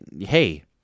hey